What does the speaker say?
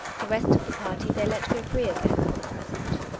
the rest of the party they let go free again for the present.